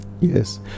Yes